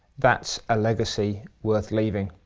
that's a legacy worth leaving.